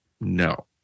No